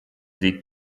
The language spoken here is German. liegt